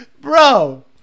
Bro